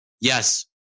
Yes